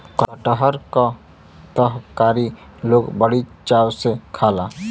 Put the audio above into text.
कटहर क तरकारी लोग बड़ी चाव से खाला